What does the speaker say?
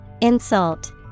Insult